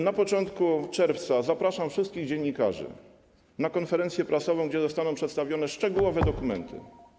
Na początek czerwca zapraszam wszystkich dziennikarzy na konferencję prasową, gdzie zostaną przedstawione szczegółowe dokumenty.